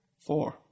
Four